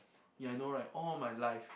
yeah I know right all my life